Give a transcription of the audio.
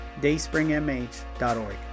dayspringmh.org